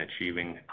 achieving